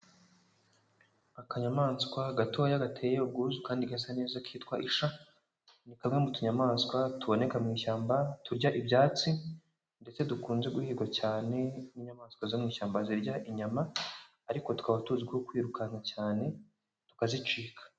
Akanyamaswa gatoya gateye ubwuzu kandi gasa neza kitwa isha, ni kamwe mu tuyamaswa tuboneka mu ishyamba turya ibyatsi ndetse dukunze guhigwa cyane n'inyamaswa zo mu ishyamba zirya inyama, ariko tukaba tuzwiho kwirukana cyane tukazicika.